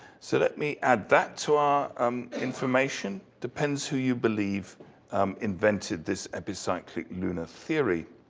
so let me add that to our um information, depends who you believe um invented this epicyclic lunar theory.